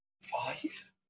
Five